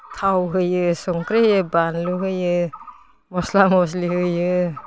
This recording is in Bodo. थाव होयो संख्रै होयो बानलु होयो मस्ला मस्लि होयो